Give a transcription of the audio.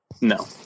no